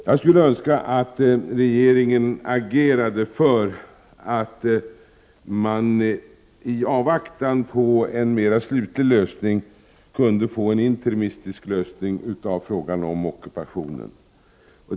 Jag skulle önska att regeringen agerade för att man i avvaktan på en mer slutlig lösning kunde få en interimistisk lösning av frågan om ockupationen.